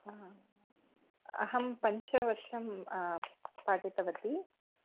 आं अहं पञ्चवर्षं पाठितवती